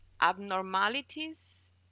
abnormalities